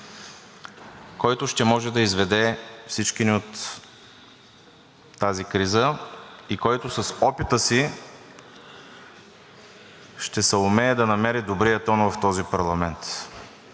който ще може да изведе всички ни от тази криза и който с опита си ще съумее да намери добрия тон в този парламент.